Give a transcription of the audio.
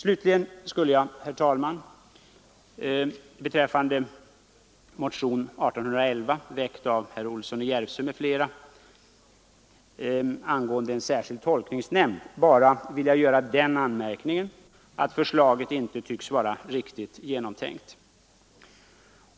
Slutligen, herr talman, beträffande motion 1811, väckt av herr Olsson i Järvsö m.fl., angående en särskild tolkningsnämnd skulle jag bara vilja göra den anmärkningen att förslaget inte tycks vara riktigt genomtänkt.